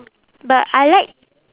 but I like